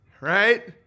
Right